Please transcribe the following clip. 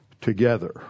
together